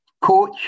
coach